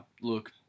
look